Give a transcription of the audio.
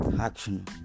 Action